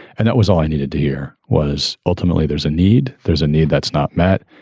and that was all i needed to hear was ultimately there's a need. there's a need that's not met.